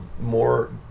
more